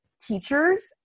teachers